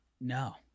no